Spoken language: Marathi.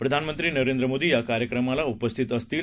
प्रधानमंत्रीनरेंद्रमोदीयाकार्यक्रमालाउपस्थितअसतील